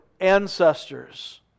ancestors